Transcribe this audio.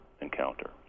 encounter